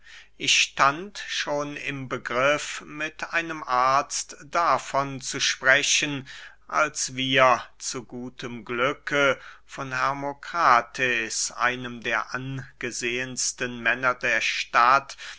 ich stand schon im begriff mit einem arzt davon zu sprechen als wir zu gutem glücke von hermokrates einem der angesehensten männer der stadt